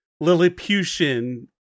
Lilliputian